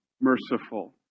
merciful